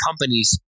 companies